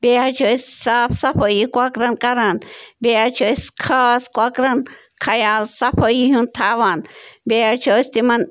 بیٚیہِ حظ چھِ أسۍ صاف صفٲیی کۄکرَن کران بیٚیہِ حظ چھِ أسۍ خاص کۄکرَن خیال صفٲیی ہُنٛد تھاوان بیٚیہِ حظ چھِ أسۍ تِمَن